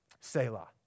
Selah